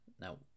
Now